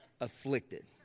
afflicted